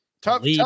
Tough